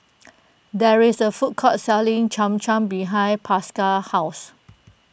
there is a food court selling Cham Cham behind Pascal's house